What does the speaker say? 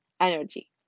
energy